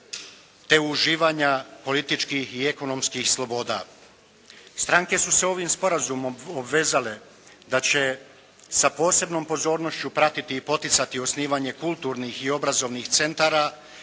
te uživanja političkih i ekonomskih sloboda. Stranke su se ovim sporazumom obvezale da će sa posebnom pozornošću pratiti i poticati osnivanje kulturnih i obrazovnih centara.